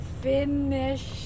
finish